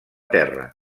terra